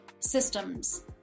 systems